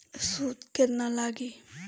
सूद केतना लागी?